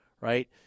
right